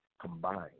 combined